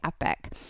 epic